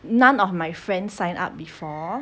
none of my friends sign up before